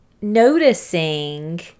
noticing